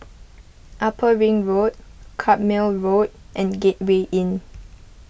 Upper Ring Road Carpmael Road and Gateway Inn